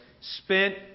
spent